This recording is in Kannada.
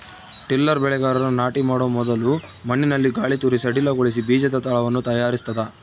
ಟಿಲ್ಲರ್ ಬೆಳೆಗಾರರು ನಾಟಿ ಮಾಡೊ ಮೊದಲು ಮಣ್ಣಿನಲ್ಲಿ ಗಾಳಿತೂರಿ ಸಡಿಲಗೊಳಿಸಿ ಬೀಜದ ತಳವನ್ನು ತಯಾರಿಸ್ತದ